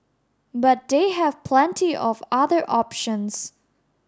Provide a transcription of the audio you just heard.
but they have plenty of other options